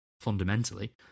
fundamentally